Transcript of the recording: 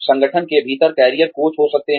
संगठन के भीतर कैरियर कोच हो सकते हैं